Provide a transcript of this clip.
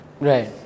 right